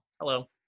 Hello